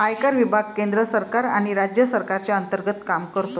आयकर विभाग केंद्र सरकार आणि राज्य सरकारच्या अंतर्गत काम करतो